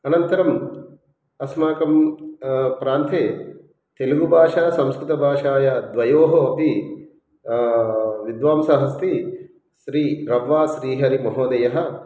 अनन्तरम् अस्माकं प्रान्ते तेलुगुभाषा संस्कृतभाषायाः द्वयोः अपि विद्वांसः अस्ति श्रीरग्वाश्रीहरिमहोदयः